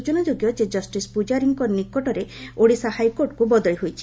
ସୂଚନାଯୋଗ୍ୟ ଯେ କଷ୍ଟିସ୍ ପୂଜାରୀଙ୍କ ନିକଟରେ ଓଡ଼ିଶା ହାଇକୋର୍ଟକୁ ବଦଳି ହୋଇଛି